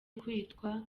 kwitwa